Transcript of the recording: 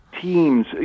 Teams